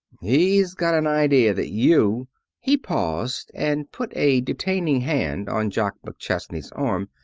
he's got an idea that you he paused and put a detaining hand on jock mcchesney's arm.